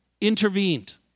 intervened